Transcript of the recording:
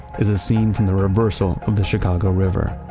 is a scene from the reversal of the chicago river.